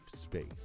space